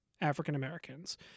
African-Americans